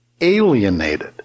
alienated